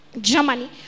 Germany